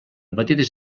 petites